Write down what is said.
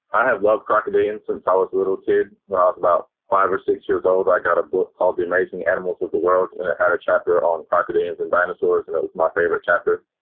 i have loved crocodilians since i was a little kid. when i was about five or six years old i got a book called amazing animals of the world, and it had a chapter on crocodilians and dinosaurs, and it was my favorite chapter.